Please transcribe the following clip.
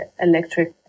electric